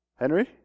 Henry